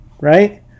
right